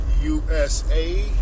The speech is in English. USA